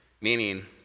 Meaning